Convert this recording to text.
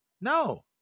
no